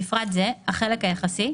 בפרט זה - "החלק יחסי"